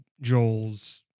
Joel's